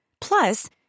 Plus